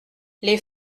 les